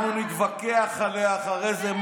אנחנו נתווכח עליה אחרי זה,